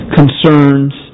concerns